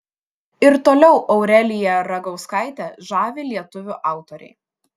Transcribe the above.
ir toliau aureliją ragauskaitę žavi lietuvių autoriai